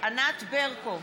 ענת ברקו,